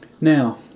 now